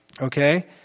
Okay